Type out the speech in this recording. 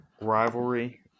rivalry